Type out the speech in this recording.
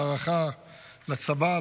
והערכה לצבא,